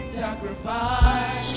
sacrifice